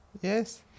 Yes